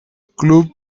club